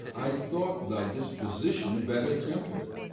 i thought thy disposition better temper'd.